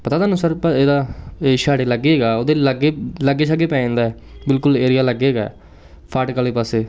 ਪਤਾ ਤੁਹਾਨੂੰ ਸਰ ਇਹਦਾ ਇਹ ਛਿਹਾਟੇ ਲਾਗੇ ਹੈਗਾ ਉਹਦੇ ਲਾਗੇ ਲਾਗੇ ਸ਼ਾਗੇ ਪੈ ਜਾਂਦਾ ਬਿਲਕੁਲ ਏਰੀਆ ਲਾਗੇ ਹੈਗਾ ਫਾਟਕ ਵਾਲੇ ਪਾਸੇ